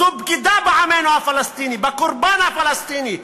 זו בגידה בעמנו הפלסטיני, בקורבן הפלסטיני.